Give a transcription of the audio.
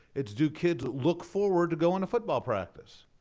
it's do kids look forward to go on the football practice.